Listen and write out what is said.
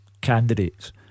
candidates